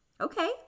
Okay